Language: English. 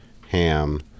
ham